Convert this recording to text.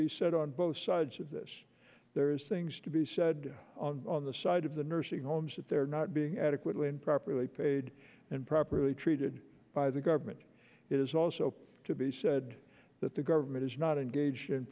be said on both sides of this there is things to be said on the side of the nursing homes that they're not being adequately and properly paid and properly treated by the government is also to be said that the government is not engaged in